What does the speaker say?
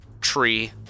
tree